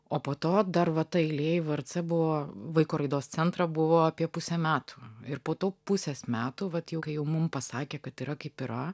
o po to dar va ta eilė į vrc buvo vaiko raidos centrą buvo apie pusę metų ir po to pusės metų vat jau kai jau mum pasakė kad yra kaip yra